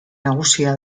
nagusia